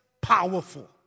powerful